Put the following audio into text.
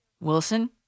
Wilson